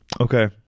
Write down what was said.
Okay